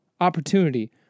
opportunity